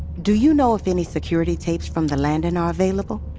do you know if any security tapes from the landing are available?